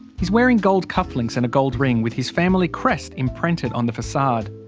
he's wearing gold cufflinks and a gold ring with his family crest imprinted on the facade.